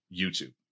YouTube